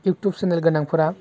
YouTube channel गोनांफ्रा